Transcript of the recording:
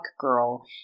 girl